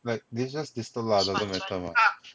like they just disturb lah doesn't matter lah